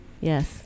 yes